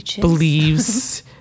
believes